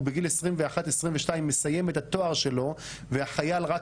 הוא בגיל 22-21 מסיים את התואר שלו והחייל המשוחרר